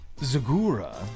Zagura